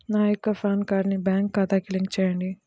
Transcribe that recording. నా యొక్క పాన్ కార్డ్ని నా బ్యాంక్ ఖాతాకి లింక్ చెయ్యండి?